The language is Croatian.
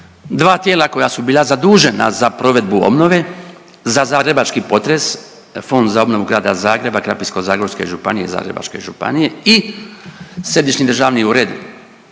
dva tijela koja su bila zadužena za provedbu obnove za zagrebački potres Fond za obnovu grada Zagreba Krapinsko-zagorske županije i Zagrebačke županije i Središnji državni ured